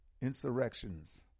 insurrections